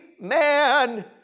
man